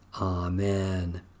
Amen